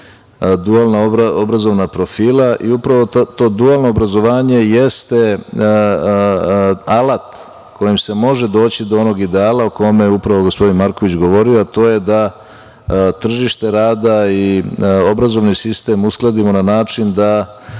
dualno obrazovna profila i upravo to dualno obrazovanje jeste alat kojim se može doći do onog ideala o koje je upravo gospodin Marković govorio, a to je da tržište rada i obrazovni sistem uskladimo na način da